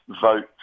vote